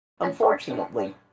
Unfortunately